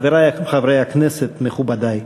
חברי חברי הכנסת, מכובדי,